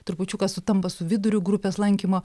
trupučiuką sutampa su viduriu grupės lankymo